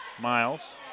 Miles